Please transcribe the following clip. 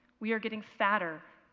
we are getting fatter,